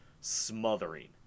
smothering